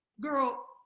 girl